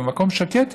במקום שקט יותר,